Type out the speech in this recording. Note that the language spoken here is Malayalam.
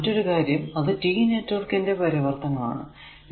ഇനി മറ്റൊരു കാര്യം അത് T നെറ്റ്വർക്ക് ന്റെ പരിവർത്തനം ആണ്